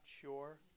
sure